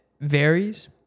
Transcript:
varies